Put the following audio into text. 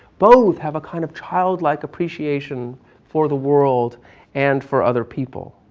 both have a kind of childlike appreciation for the world and for other people,